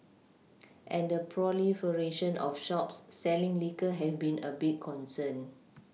and the proliferation of shops selling liquor have been a big concern